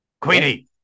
Queenie